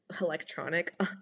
electronic